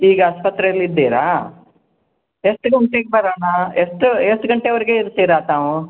ಈಗ ಆಸ್ಪತ್ರೆಯಲ್ಲಿ ಇದ್ದೀರಾ ಎಷ್ಟು ಗಂಟೆಗೆ ಬರೋಣ ಎಷ್ಟು ಎಷ್ಟು ಗಂಟೆವರೆಗೆ ಇರ್ತೀರ ತಾವು